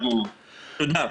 תודה.